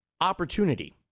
Opportunity